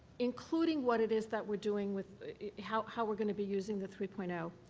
including what it is that we're doing with how how we're going to be using the three point ah